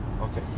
Okay